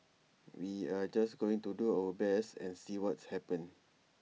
we are just going to do our best and see what's happen